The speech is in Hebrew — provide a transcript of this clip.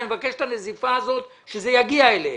אני מבקש את הנזיפה הזאת שזה יגיע אליהם,